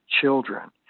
children